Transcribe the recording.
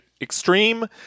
extreme